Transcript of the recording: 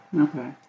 Okay